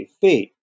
feet